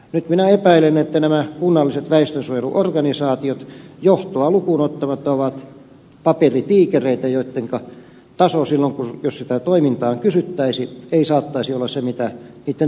nyt minä epäilen että nämä kunnalliset väestönsuojeluorganisaatiot johtoa lukuun ottamatta ovat paperitiikereitä joiden taso silloin jos sitä toimintaa kysyttäisiin ei saata olla se mitä niitten tulisi olla